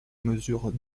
mesure